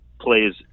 plays